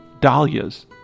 dahlias